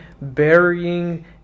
burying